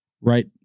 right